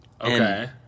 Okay